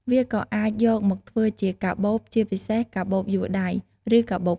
វាក៏អាចយកមកធ្វើជាកាបូប ជាពិសេសកាបូបយួរដៃ ឬកាបូបលុយ ដែលមានលំនាំហូលប្លែកៗ ដែលទាក់ទាញភ្ញៀវទេសចរ។